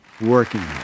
working